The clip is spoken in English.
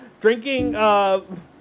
drinking